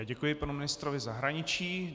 Děkuji panu ministrovi zahraničí.